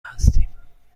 هستیم